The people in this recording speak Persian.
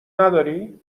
نداری